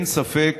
אין ספק,